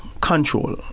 control